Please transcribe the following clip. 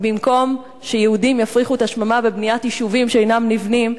ובמקום שיהודים יפריחו את השממה בבניית יישובים שאינם נבנים,